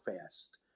fast